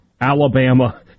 Alabama